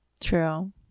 True